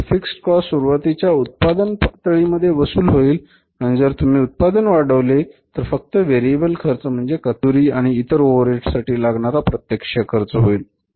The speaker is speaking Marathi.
म्हणजे फिक्स कॉस्ट सुरुवातीच्या उत्पादन पातळीमध्ये वसूल होईल आणि जर तुम्ही उत्पादन वाढले तर फक्त व्हेरिएबल खर्च म्हणजे कच्चामाल मजुरी आणि इतर ओवर हेड साठी लागणारा प्रत्यक्ष खर्च होईल